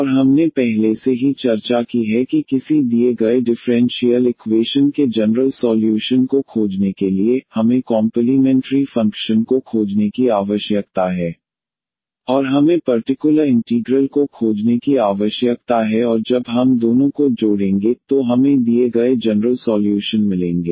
और हमने पहले से ही चर्चा की है कि किसी दिए गए डिफरेंशियल इक्वेशन के जनरल सॉल्यूशन को खोजने के लिए हमें कॉम्पलीमेंट्री फंक्शन को खोजने की आवश्यकता है और हमें पर्टिकुलर इंटीग्रल को खोजने की आवश्यकता है और जब हम दोनों को जोड़ेंगे तो हमें दिए गए जनरल सॉल्यूशन मिलेंगे